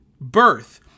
birth